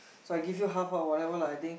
so I give you half or whatever lah I think